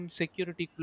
security